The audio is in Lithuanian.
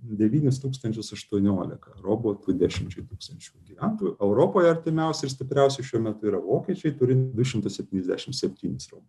devynis tūkstančius aštuoniolika robotų dešimčiai tūkstančių gyventojų europoje artimiausi ir stipriausi šiuo metu yra vokiečiai turi du šimtus septyniasdešimt septynis robotus